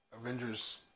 Avengers